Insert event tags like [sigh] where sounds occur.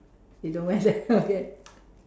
you don't wear that okay [laughs]